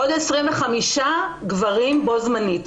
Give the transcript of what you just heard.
עוד 25 גברים בו זמנית.